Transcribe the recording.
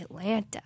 Atlanta